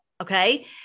Okay